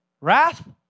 wrath